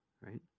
right